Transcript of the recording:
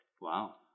Wow